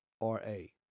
R-A